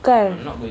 kan